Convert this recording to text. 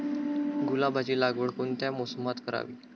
गुलाबाची लागवड कोणत्या मोसमात करावी?